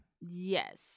Yes